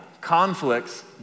Conflicts